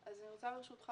אני רוצה ברשותך